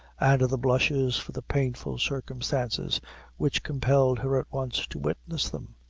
and the blushes for the painful circumstances which compelled her at once to witness them,